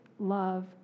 Love